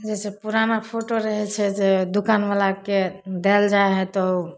जइसे पुराना फोटो रहै छै जे दोकानवलाके देल जाइ हइ तऽ